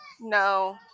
No